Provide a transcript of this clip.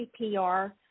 CPR